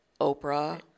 Oprah